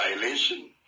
violation